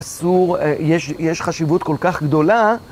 אסור, יש חשיבות כל כך גדולה.